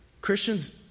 Christians